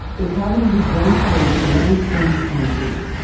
the cavity was then filled with limestone concrete.